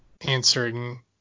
answering